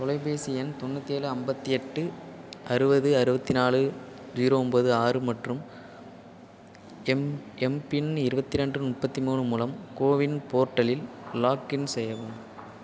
தொலைபேசி எண் தொண்ணூற்றி ஏழு ஐம்பத்தி எட்டு அறுபது அறுபத்தி நாலு ஜீரோ ஒன்பது ஆறு மற்றும் எம் எம்பின் இருபத்தி ரெண்டு முப்பத்தி மூணு மூலம் கோவின் போர்ட்டலில் லாக்கின் செய்யவும்